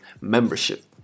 membership